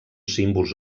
símbols